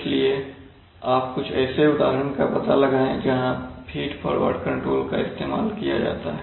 इसलिए आप कुछ ऐसे उदाहरण का पता लगाएं जहां फीडफॉरवर्ड कंट्रोल का इस्तेमाल किया जाता है